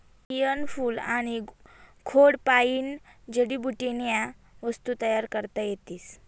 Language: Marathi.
केयनं फूल आनी खोडपायीन जडीबुटीन्या वस्तू तयार करता येतीस